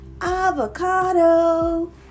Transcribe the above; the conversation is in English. Avocado